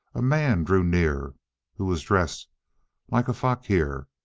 a man drew near who was dressed like a faqir,